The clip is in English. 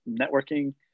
networking